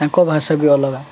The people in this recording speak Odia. ତାଙ୍କ ଭାଷା ବି ଅଲଗା